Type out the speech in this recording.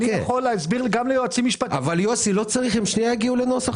גם בסוגיה הזו.